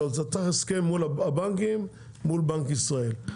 צריך הסכם מול הבנקים מול בנק ישראל.